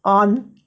on